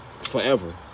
forever